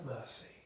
mercy